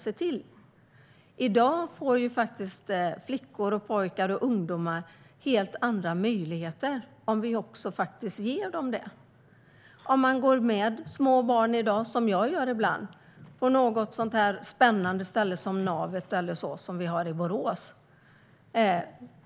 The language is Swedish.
I dag får flickor och pojkar helt andra möjligheter om vi faktiskt ger dem det. Ibland går jag med små barn på det spännande Navet i Borås.